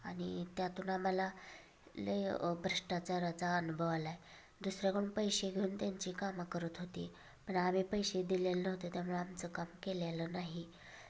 आणि त्यातून आम्हाला लय भ्रष्टाचाराचा अनुभव आला आहे दुसऱ्याकडून पैसे घेऊन त्यांची कामं करत होती पण आम्ही पैसे दिलेले नव्हते त्यामुळे आमचं काम केलेलं नाही